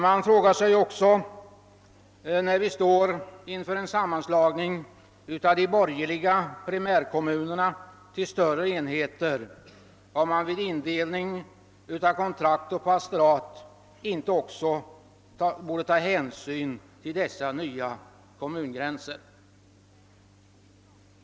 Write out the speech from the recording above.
Inför den sammanslagning av de borgerliga primärkommunerna till större enheter som vi nu står inför frågar jag mig också om man inte vid kontraktsoch pastoratsindelningen också borde ta hänsyn till de nya kom mungränser som uppstår.